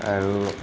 আৰু